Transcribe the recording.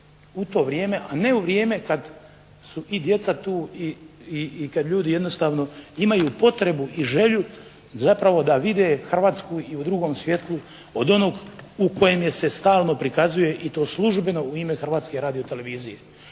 u to vrijeme, a ne u vrijeme kad su i djeca tu i kad ljudi jednostavno imaju potrebu i želju zapravo da vide Hrvatsku i u drugom svjetlu od onog u kojem je se stalno prikazuje i to službeno u ime Hrvatske radiotelevizije.